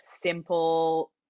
simple